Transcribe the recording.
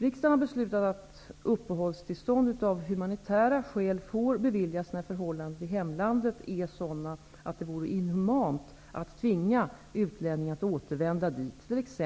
Riksdagen har beslutat att uppehållstillstånd av humanitära skäl får beviljas när förhållandena i hemlandet är sådana att det vore inhumant att tvinga utlänningen att återvända dit, t.ex.